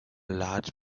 large